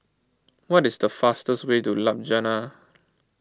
what is the fastest way to Ljubljana